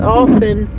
often